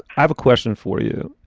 i have a question for you.